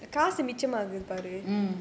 mm